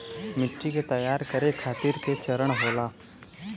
मिट्टी के तैयार करें खातिर के चरण होला?